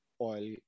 oil